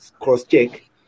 cross-check